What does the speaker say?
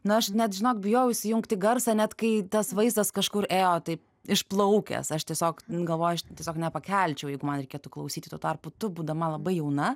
na aš net žinok bijojau išsijungti garsą net kai tas vaizdas kažkur ėjo taip išplaukęs aš tiesiog galvojau aš tiesiog nepakelčiau jeigu man reikėtų klausyti tuo tarpu tu būdama labai jauna